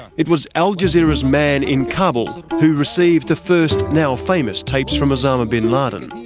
it was al jazeera's man in kabul who received the first now famous tapes from osama bin laden.